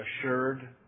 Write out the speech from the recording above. assured